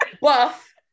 buff